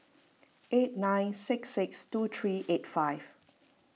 eight nine six six two three eight five